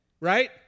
right